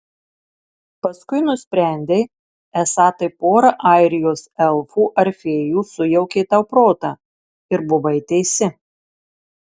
paskui nusprendei esą tai pora airijos elfų ar fėjų sujaukė tau protą ir buvai teisi